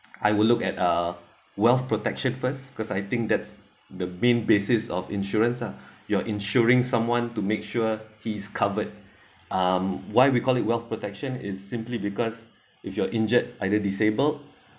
I will look at uh wealth protection first cause I think that's the main basis of insurance ah you're ensuring someone to make sure he's covered um why we call it wealth protection is simply because if you're injured either disabled